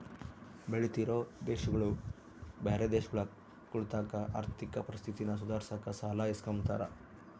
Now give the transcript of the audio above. ಬೆಳಿತಿರೋ ದೇಶಗುಳು ಬ್ಯಾರೆ ದೇಶಗುಳತಾಕ ಆರ್ಥಿಕ ಪರಿಸ್ಥಿತಿನ ಸುಧಾರ್ಸಾಕ ಸಾಲ ಇಸ್ಕಂಬ್ತಾರ